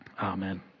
Amen